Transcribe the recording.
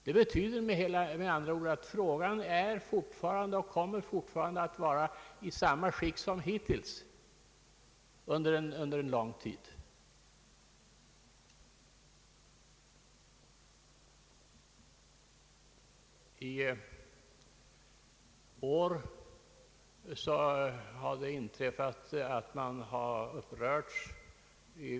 Det betyder med andra ord att frågan är och fortfarande kommer att under lång tid vara olöst på den punkten.